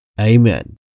Amen